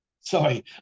sorry